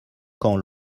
camp